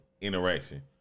interaction